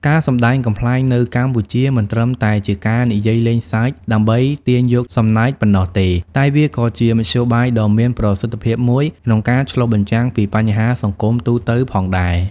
ការសម្ដែងកំប្លែងនៅកម្ពុជាមិនត្រឹមតែជាការនិយាយលេងសើចដើម្បីទាញយកសំណើចប៉ុណ្ណោះទេ តែវាក៏ជាមធ្យោបាយដ៏មានប្រសិទ្ធភាពមួយក្នុងការឆ្លុះបញ្ចាំងពីបញ្ហាសង្គមទូទៅផងដែរ។